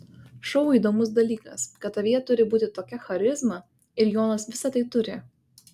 šou įdomus dalykas kad tavyje turi būti tokia charizma ir jonas visą tai turi